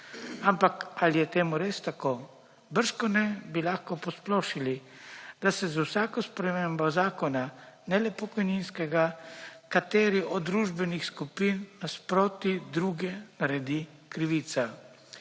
Ampak, ali je temu res tako? Bržkone bi lahko posplošili, da se z vsako spremembo zakona ne le pokojninskega, kateri od družbenih skupin nasproti druge naredi krivica.